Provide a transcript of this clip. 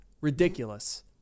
ridiculous